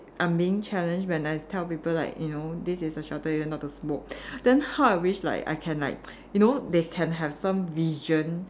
I'm being challenged when I tell people like you know this is a shelter you're not supposed to smoke then how I wish like I can like you know they can have some vision